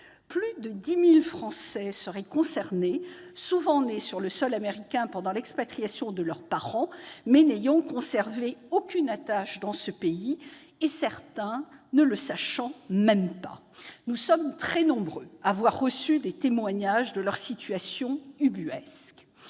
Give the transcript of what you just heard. Plus de 10 000 Français seraient concernés, souvent nés sur le sol américain pendant l'expatriation de leurs parents, mais n'ayant conservé aucune attache dans ce pays, certains ne connaissant même pas leur situation. Nous sommes très nombreux à avoir reçu des témoignages décrivant leur situation ubuesque.